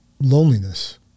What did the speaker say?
loneliness